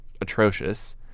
atrocious